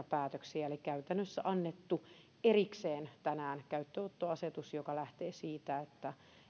päätöksiä eli käytännössä annettu erikseen tänään käyttöönottoasetus joka lähtee siitä että